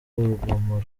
urugomo